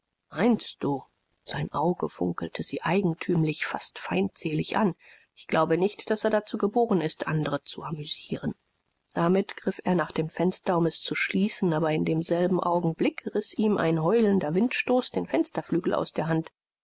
meinst du sein auge funkelte sie eigentümlich fast feindselig an ich glaube nicht daß er dazu geboren ist andere zu amüsieren damit griff er nach dem fenster um es zu schließen aber in demselben augenblick riß ihm ein heulender windstoß den fensterflügel aus der hand